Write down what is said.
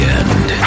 end